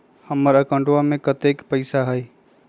हमार अकाउंटवा में कतेइक पैसा हई?